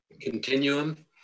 Continuum